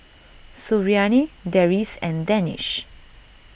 Suriani Deris and Danish